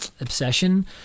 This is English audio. obsession